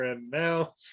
Now